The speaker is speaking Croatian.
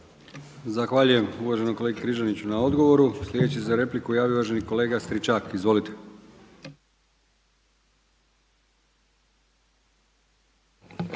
Zahvaljujem uvaženom kolegi Križaniću na odgovoru javio se uvaženi kolega Stričak. Izvolite.